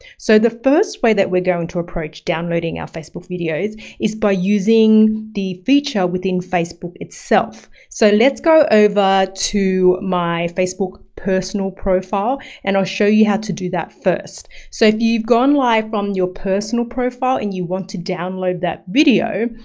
so the first way that we're going to approach downloading our facebook videos is by using the feature within facebook itself. so let's go over to my facebook personal profile and i'll show you how to do that first. so if you've gone live from your personal profile and you want to download that video,